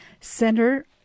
center